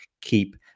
keep